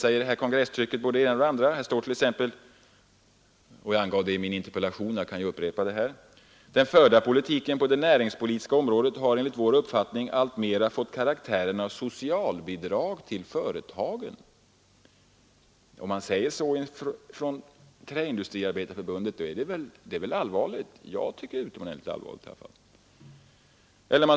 I kongresstrycket står att läsa vad jag bl.a. också anförde i min interpellation: ”Den förda politiken på det näringspolitiska området har enligt vår uppfattning alltmera fått karaktären av socialbidrag till företagen.” Det är väl allvarligt när man säger så från Träindustriarbetareförbundet, i varje fall tycker jag det är allvarligt.